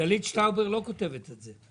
דלית שטאובר לא כותבת את זה.